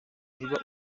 niba